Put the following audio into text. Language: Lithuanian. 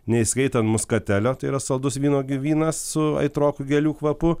neįskaitant muskatelio tai yra saldus vynuogių vynas su aitroku gėlių kvapu